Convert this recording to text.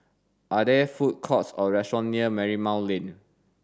are there food courts or restaurants near Marymount Lane